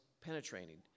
penetrating